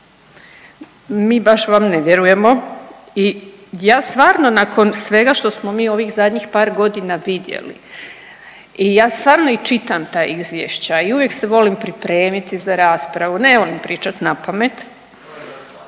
mi baš vam ne vjerujemo i ja stvarno nakon svega što smo mi u ovih zadnjih par godina vidjeli i ja stvarno i čitam ta izvješća i uvijek se volim pripremiti za raspravu, ne volim pričat napamet